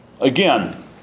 Again